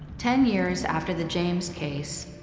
ten years after the james case,